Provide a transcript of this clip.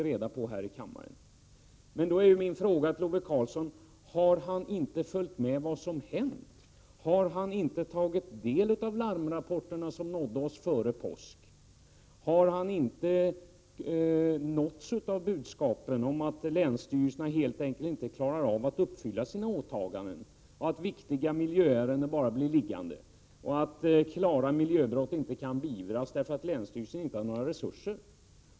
Jag vill fråga om Ove Karlsson inte har följt med vad som hänt. Har han inte tagit del av larmrapporterna som nådde oss före påsk? Har han inte nåtts av budskapen om att länsstyrelserna helt enkelt inte klarar av att uppfylla sina åtaganden och att viktiga miljöärenden bara blir liggande? Klara miljöbrott kan inte beivras därför att länsstyrelserna inte har några resurser.